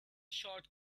short